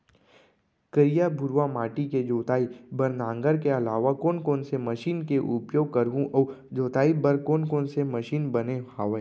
करिया, भुरवा माटी के जोताई बर नांगर के अलावा कोन कोन से मशीन के उपयोग करहुं अऊ जोताई बर कोन कोन से मशीन बने हावे?